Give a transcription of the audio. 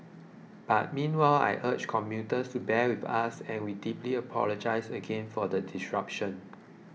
but meanwhile I urge commuters to bear with us and we deeply apologise again for the disruption